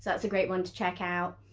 that's a great one to check out.